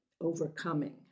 overcoming